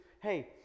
hey